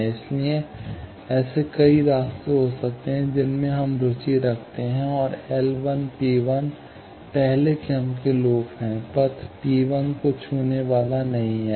इसलिए ऐसे कई रास्ते हो सकते हैं जिनमें हम रुचि रखते हैं और L पहला पहले क्रम के लूप है पथ पी 1 को छूने वाला नहीं है